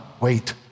Wait